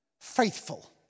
faithful